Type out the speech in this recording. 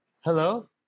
Hello